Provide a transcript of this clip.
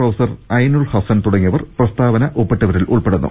professor Ainul Hassan തുടങ്ങിയവർ പ്രസ്താവന ഒപ്പി ട്ടവരിൽ ഉൾപ്പെടുന്നു